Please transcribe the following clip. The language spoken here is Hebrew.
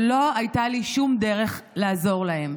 ולא הייתה לי שום דרך לעזור להם.